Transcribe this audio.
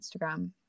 Instagram